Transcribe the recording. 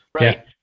right